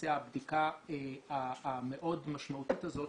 תתבצע הבדיקה המאוד משמעותית הזאת,